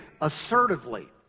assertively